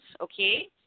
okay